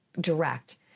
direct